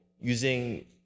using